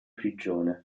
prigione